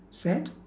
sad